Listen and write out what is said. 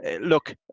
Look